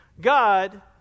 God